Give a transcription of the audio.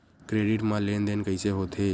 Credit मा लेन देन कइसे होथे?